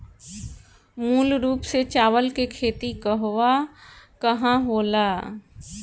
मूल रूप से चावल के खेती कहवा कहा होला?